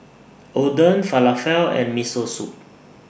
Oden Falafel and Miso Soup